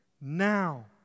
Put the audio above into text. now